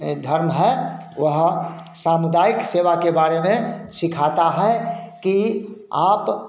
धर्म है वह सामुदायिक सेवा के बारे में सिखाता है कि आप